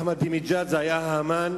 אחמדינג'אד זה המן